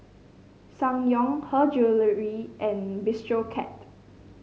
Ssangyong Her Jewellery and Bistro Cat